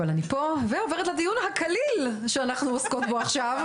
אבל אני פה ועוברת לדיון ה"קליל" שאנחנו עוסקות בו עכשיו,